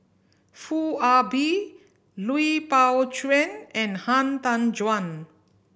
Foo Ah Bee Lui Pao Chuen and Han Tan Juan